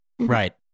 Right